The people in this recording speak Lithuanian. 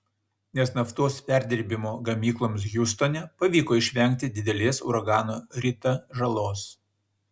nes naftos perdirbimo gamykloms hiūstone pavyko išvengti didelės uragano rita žalos